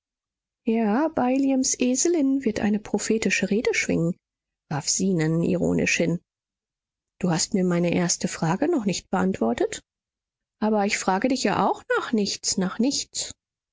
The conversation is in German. ja bileams eselin wird eine prophetische rede schwingen warf zenon ironisch hin du hast mir meine erste frage noch nicht beantwortet aber ich frage dich ja auch nach nichts nach nichts